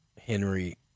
Henry